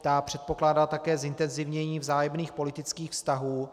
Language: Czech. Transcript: Ta předpokládá také zintenzivnění vzájemných politických vztahů.